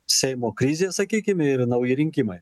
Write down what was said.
seimo krizė sakykim ir nauji rinkimai